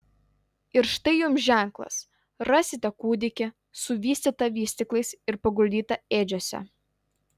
ir štai jums ženklas rasite kūdikį suvystytą vystyklais ir paguldytą ėdžiose